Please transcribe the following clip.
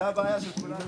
בואו נתעכב כדי שחמד יהיה,